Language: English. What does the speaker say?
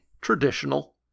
traditional